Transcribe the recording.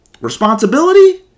Responsibility